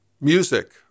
music